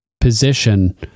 position